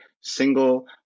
single